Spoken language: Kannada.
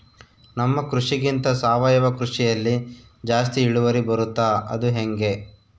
ನಮ್ಮ ಕೃಷಿಗಿಂತ ಸಾವಯವ ಕೃಷಿಯಲ್ಲಿ ಜಾಸ್ತಿ ಇಳುವರಿ ಬರುತ್ತಾ ಅದು ಹೆಂಗೆ?